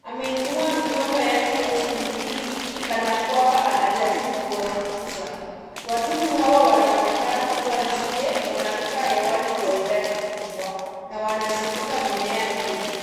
Ameinua mikono yake miwili kana kwamba anajaribu kuwafukuza. Wadudu hawa wanaonekana kuwa nzige, wanaruka hewani kwa idadi kubwa na wanazunguka mimea mingi.